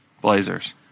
Blazers